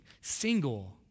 single